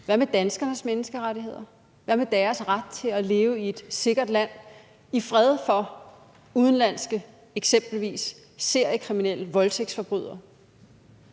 Hvad med danskernes menneskerettigheder? Hvad med deres ret til at leve i et sikkert land, i fred for eksempelvis udenlandske seriekriminelle, voldtægtsforbrydere?